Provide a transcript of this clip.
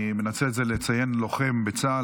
אני מנצל את זה לציין לוחם בצה"ל.